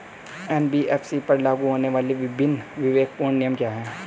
NBFC पर लागू होने वाले विभिन्न विवेकपूर्ण नियम क्या हैं?